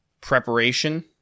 preparation